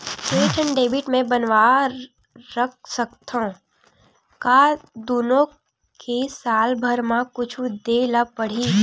के ठन डेबिट मैं बनवा रख सकथव? का दुनो के साल भर मा कुछ दे ला पड़ही?